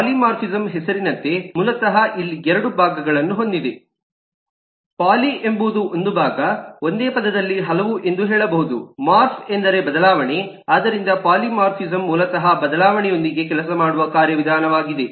polymorphism ಹೆಸರಿನಂತೆ ಮೂಲತಃ ಇಲ್ಲಿ ಎರಡು ಭಾಗಗಳನ್ನು ಹೊಂದಿವೆ ಪಾಲಿ ಎಂಬುದು ಒಂದು ಭಾಗ ಒಂದೆ ಪದದಲ್ಲಿ ಹಲವು ಎಂದು ಹೇಳಬಹುದು ಮಾರ್ಫ್ ಎಂದರೆ ಬದಲಾವಣೆ ಆದ್ದರಿಂದ ಪಾಲಿಮಾರ್ಫಿಸಂ ಮೂಲತಃ ಬದಲಾವಣೆಯೊಂದಿಗೆ ಕೆಲಸ ಮಾಡುವ ಕಾರ್ಯವಿಧಾನವಾಗಿದೆ